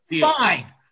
Fine